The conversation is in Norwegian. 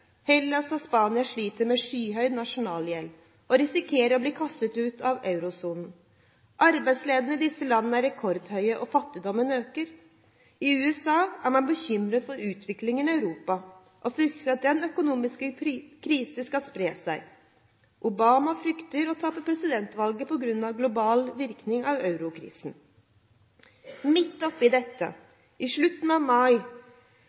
Hellas og Spania sliter med skyhøy nasjonalgjeld og risikerer å bli kastet ut av eurosonen. Arbeidsledigheten i disse landene er rekordhøy, og fattigdommen øker. I USA er man bekymret for utviklingen i Europa, og frykter at den økonomiske krisen skal spre seg. Obama frykter å tape presidentvalget på grunn av en global virkning av eurokrisen. Midt oppi dette var det i slutten av mai